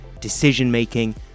decision-making